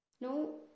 no